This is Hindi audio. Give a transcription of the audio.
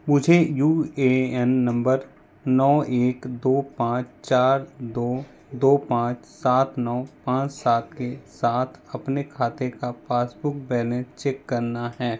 मुझे यू ए एन नंबर नौ एक दो पाँच चार दो दो पाँच सात नौ पाँच सात के साथ अपने खाते का पासबुक बैलेंस चेक करना है